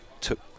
took